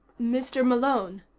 mr. malone,